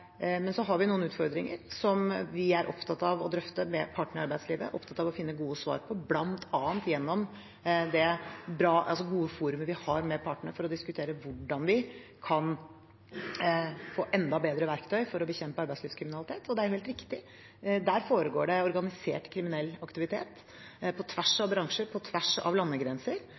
men vi har noen utfordringer som vi er opptatt av å drøfte med partene i arbeidslivet, opptatt av å finne gode svar på, bl.a. gjennom det gode forumet vi har med partene for å diskutere hvordan vi kan få enda bedre verktøy for å bekjempe arbeidslivskriminalitet. Og det er helt riktig at det foregår organisert kriminell aktivitet på tvers av bransjer, på tvers av landegrenser.